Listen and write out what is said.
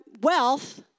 wealth